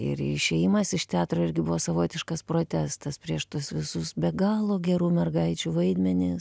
ir išėjimas iš teatro irgi buvo savotiškas protestas prieš tuos visus be galo gerų mergaičių vaidmenis